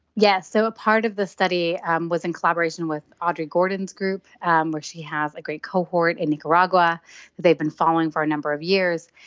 yes, so a part of this study um was in collaboration with aubree gordon's group, and like she has a great cohort in nicaragua they've been following for a number of years.